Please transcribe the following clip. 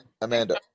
Amanda